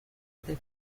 the